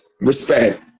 Respect